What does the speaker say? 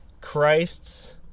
Christ's